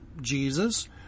Jesus